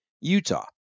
Utah